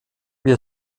wie